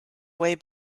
way